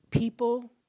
People